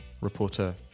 reporter